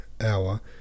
hour